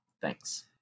Thanks